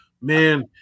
Man